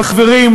חברים,